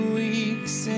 weeks